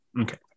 Okay